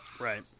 Right